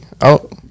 out